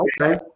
okay